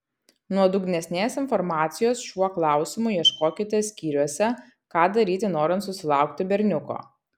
nuodugnesnės informacijos šiuo klausimu ieškokite skyriuose ką daryti norint susilaukti berniuko